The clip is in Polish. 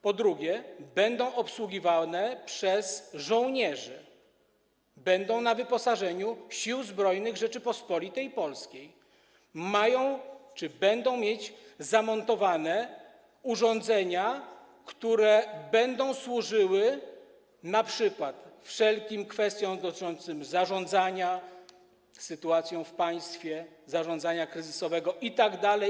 Po drugie, będą one obsługiwane przez żołnierzy, będą na wyposażeniu Sił Zbrojnych Rzeczypospolitej Polskiej, mają czy będą mieć zamontowane urządzenia, które będą służyły np. wszelkim kwestiom dotyczącym zarządzania sytuacją w państwie, zarządzania kryzysowego itd.